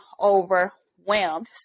overwhelmed